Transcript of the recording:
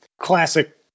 classic